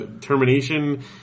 termination